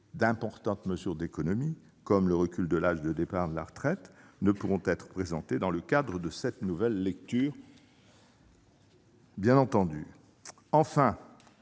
d'importantes mesures d'économies, comme le recul de l'âge légal de départ à la retraite, ne pourront être présentées dans le cadre de cette nouvelle lecture.